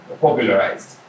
popularized